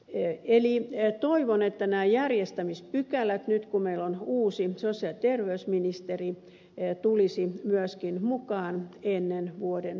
eli toivon että nämä järjestämispykälät nyt kun meillä on uusi sosiaali ja terveysministeri tulisivat myöskin mukaan ennen vuodenvaihdetta